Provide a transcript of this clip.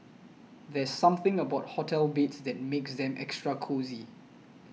there's something about hotel beds that makes them extra cosy